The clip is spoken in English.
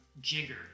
Jigger